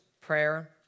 prayer